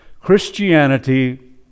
Christianity